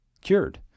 cured